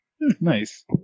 Nice